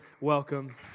welcome